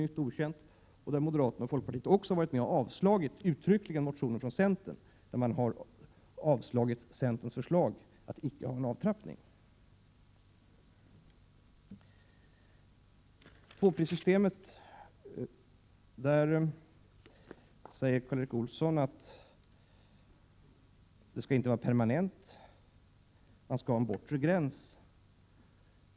Folkpartiet och moderaterna har dessutom uttryckligen föreslagit en sådan avtrappning av stödet, eftersom man har varit med om att avslå motioner från centern om att någon avtrappning icke skall ske. Karl Erik Olsson säger att tvåprissystemet inte skall vara permanent utan att det skall finnas en bortre gräns.